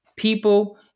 People